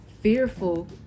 fearful